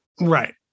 Right